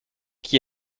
qui